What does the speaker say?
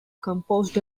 composed